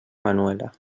manuela